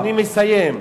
אני מסיים.